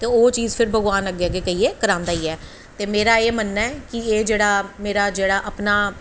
ते ओह् चीज़ फिर भगवान अग्गैं अग्गैं करवांदा गै ऐ ते मेरा एह् मनना ऐ कि मेरे एह् जेह्ड़ा